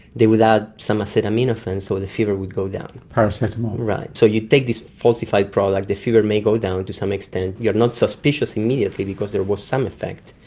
they will add some acetaminophens so the fever would go down. paracetamol. right. so you'd take this falsified product, the fever may go down to some extent, you're not suspicious immediately because there was some effect,